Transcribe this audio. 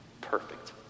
perfect